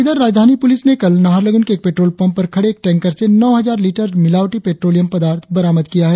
उधर राजधानी पुलिस ने कल नाहरलगुन के एक पेट्रोल पंप पर खड़े टैकंर से नौ हजार लीटर मिलावटी पेट्रोलियम पदार्थ बरामद किया है